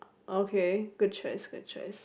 okay good choice good choice